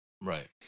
Right